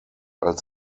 als